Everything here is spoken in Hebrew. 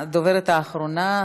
הדוברת האחרונה,